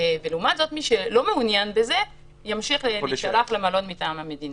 ואם אין לו מקים כזה, יש סמכות לחייב